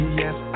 yes